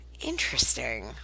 interesting